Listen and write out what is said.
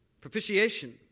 propitiation